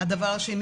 ושנית,